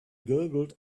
gurgled